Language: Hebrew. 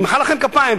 נמחא לכם כפיים,